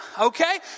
okay